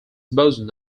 boson